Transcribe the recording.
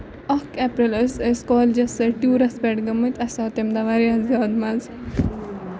اکھ ایپریل ٲسۍ أسۍ کالیجس سۭتۍ ٹوٗرس پٮ۪ٹھ گٔمٕتۍ اَسہِ آو تَمہِ دۄہ واریاہ زیادٕ مَزٕ